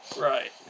Right